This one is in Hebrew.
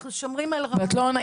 אנחנו שומרים על רמה -- את לא עונה.